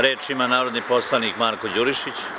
Reč ima narodni poslanik Marko Đurišić.